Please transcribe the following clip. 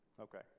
Okay